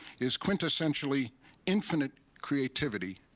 is quintessentially infinite creativity